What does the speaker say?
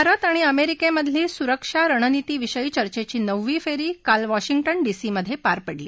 भारत आणि अमरीक्षिप्रली सुरक्षा रणनितीविषयी चर्वेची नववी फर्सी काल वाशिंग्टन डीसी मध्यप्रार पडली